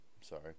sorry